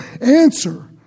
answer